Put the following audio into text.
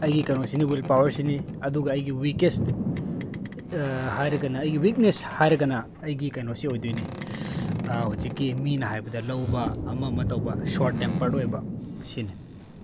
ꯑꯩꯒꯤ ꯀꯩꯅꯣꯁꯤꯅꯤ ꯋꯤꯜ ꯄꯥꯋꯔꯁꯤꯅꯤ ꯑꯗꯨꯒ ꯑꯩꯒꯤ ꯋꯤꯛꯀꯦꯁ ꯍꯥꯏꯔꯒꯅ ꯑꯩꯒꯤ ꯋꯤꯛꯅꯦꯁ ꯍꯥꯏꯔꯒꯅ ꯑꯩꯒꯤ ꯀꯩꯅꯣꯁꯦ ꯑꯣꯏꯗꯣꯏꯅꯦ ꯍꯧꯖꯤꯛꯀꯤ ꯃꯤꯅ ꯍꯥꯏꯕꯗ ꯂꯧꯕ ꯑꯃ ꯑꯃ ꯇꯧꯕ ꯁꯣꯔꯠ ꯇꯦꯝꯄꯔ ꯑꯣꯏꯕ ꯁꯤꯅꯤ